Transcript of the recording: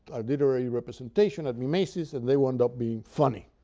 literary representation of mimesis, and the wound up being funny.